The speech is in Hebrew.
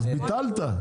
אז ביטלת.